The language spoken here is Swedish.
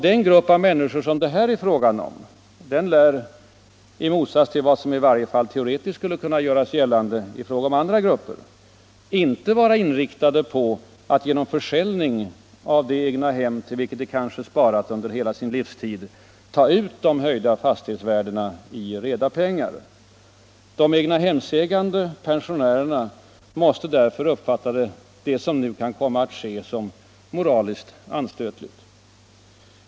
Den grupp av människor det här är fråga om lär, i motsats till vad som i varje fall teoretiskt skulle kunna göras gällande i fråga om andra grupper, inte vara inriktad på att genom försäljning av det egnahem, till vilket de kanske sparat under hela sin livstid, ta ut de höjda fastighetsvärdena i reda pengar. De egnahemsägande pensionärerna måste därför uppfatta det som nu kan komma att ske som moraliskt anstötligt.